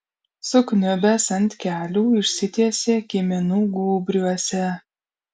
sukniubęs ant kelių išsitiesė kiminų gūbriuose